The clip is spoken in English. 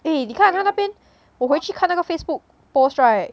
eh 你看他那边我回去看那个 facebook post right